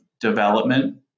development